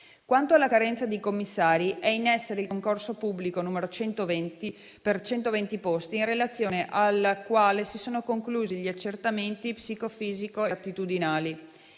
Quanto alla carenza di commissari, è in essere il concorso pubblico per 120 posti, in relazione al quale si sono conclusi gli accertamenti psicofisici e attitudinali.